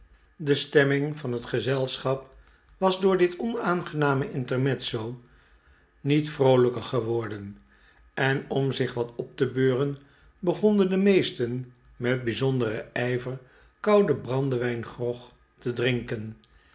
de stemming van het gezelschap was door dit onaangename intermezzo niet vroolijker geworden en om zich wat op te beuren begonnen de meesten met bijzonderen ijver kouden brandewijngrog te drinken